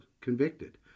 convicted